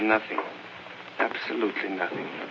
nothing absolutely nothing